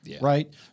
right